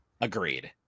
Agreed